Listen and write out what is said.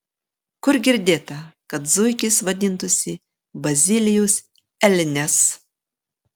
kur girdėta kad zuikis vadintųsi bazilijus elnias